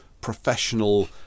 professional